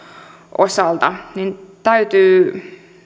osalta täytyy